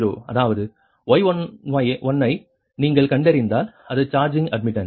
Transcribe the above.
அதாவது Y11 ஐ நீங்கள் கண்டறிந்தால் அது சார்ஜிங் அட்மிட்டன்ஸ்